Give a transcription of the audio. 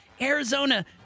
Arizona